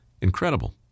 Incredible